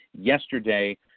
yesterday